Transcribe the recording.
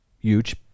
huge